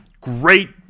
great